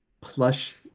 plush